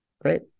Great